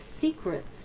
secrets